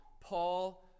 Paul